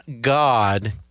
God